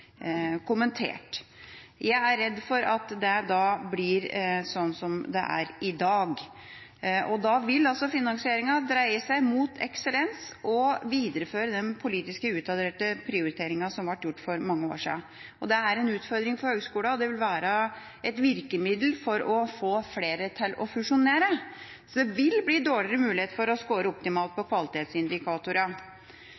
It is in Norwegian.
kommentert. Jeg er redd for at det blir sånn som det er i dag, og da vil altså finansieringa dreie seg mot eksellense og videreføre den politisk utadrettede prioriteringa som ble gjort for mange år siden. Det er en utfordring for høyskolene, og det vil være et virkemiddel for å få flere til å fusjonere. Det vil bli dårligere mulighet for å score optimalt på